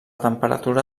temperatura